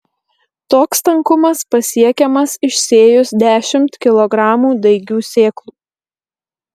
toks tankumas pasiekiamas išsėjus dešimt kilogramų daigių sėklų